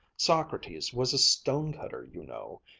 socrates was a stone-cutter, you know.